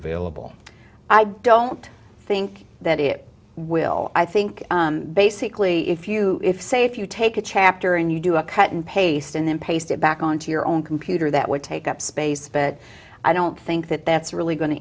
available i don't think that it will i think basically if you if say if you take a chapter and you do a cut and paste and then paste it back onto your own computer that would take up space but i don't think that that's really go